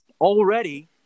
already